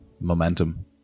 momentum